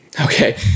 Okay